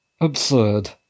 absurd